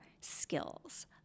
skills